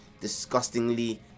disgustingly